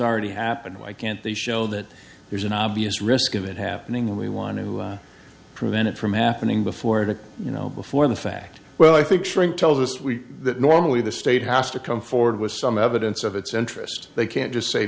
already happened why can't they show that there's an obvious risk of it happening and we want to prevent it from happening before it you know before the fact well i think shrink tells us we that normally the state has to come forward with some evidence of its interest they can't just say